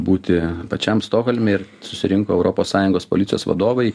būti pačiam stokholme ir susirinko europos sąjungos policijos vadovai